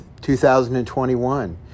2021